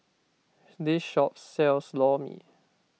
this shop sells Lor Mee